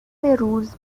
روز